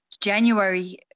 January